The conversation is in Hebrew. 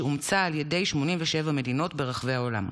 שאומצה על ידי 87 מדינות ברחבי העולם.